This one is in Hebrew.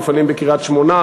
מפעלים בקריית-שמונה,